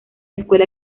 escuela